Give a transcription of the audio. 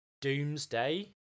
Doomsday